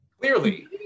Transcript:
Clearly